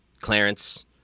Clarence